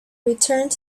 returned